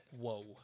Whoa